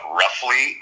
roughly